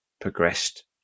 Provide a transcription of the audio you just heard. progressed